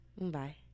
Bye